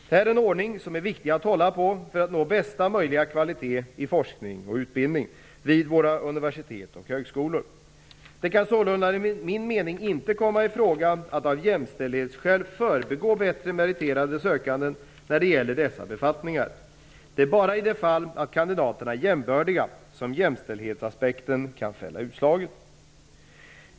Detta är en ordning som är viktig att hålla på för att nå bästa möjliga kvalitet i forskning och utbildning vid våra universitet och högskolor. Det kan sålunda enligt min mening inte komma i fråga att av jämställdhetsskäl förbigå bättre meriterade sökande när det gäller dessa befattningar. Det är bara i det fall kandidaterna är jämbördiga som jämställdhetsaspekten kan fälla utslaget.